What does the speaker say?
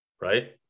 right